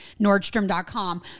nordstrom.com